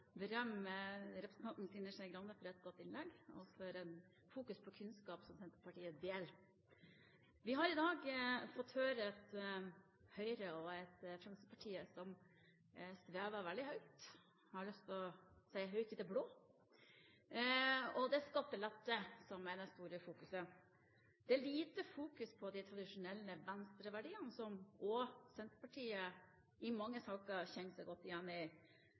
Trine Skei Grande for et godt innlegg og for fokuset på kunnskap, som Senterpartiet deler. Vi har i dag fått høre et Høyre og et Fremskrittsparti som svever veldig høyt – jeg har lyst til å si høyt i det blå – og det er skattelette som er det store fokuset. Det er lite fokus på de tradisjonelle venstreverdiene, som også Senterpartiet i mange saker kjenner seg godt igjen i,